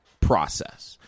process